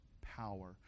power